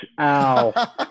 Ow